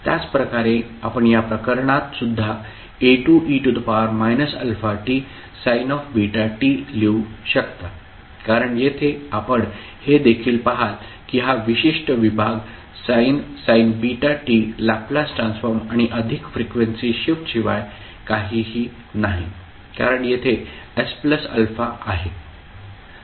त्याचप्रकारे आपण या प्रकरणातसुद्धा A2e αtsin βt लिहू शकता कारण येथे आपण हे देखील पहाल की हा विशिष्ट विभाग sin βt लॅपलेस् ट्रान्सफॉर्म आणि अधिक फ्रिक्वेन्सी शिफ्टशिवाय काहीही नाही कारण येथे sα आहे